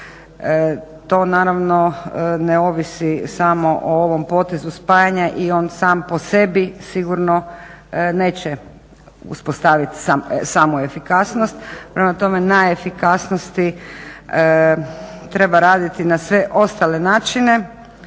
To naravno ne ovisi samo o ovom potezu spajanja i on sam po sebi sigurno neće uspostaviti samu efikasnost. Prema tome na efikasnosti treba raditi na sve ostale načine